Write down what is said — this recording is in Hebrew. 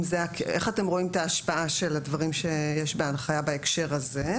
איך אתם רואים את ההשפעה של הדברים שיש בהנחיה בהקשר הזה?